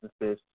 businesses